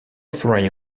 foreign